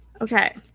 Okay